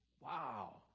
Wow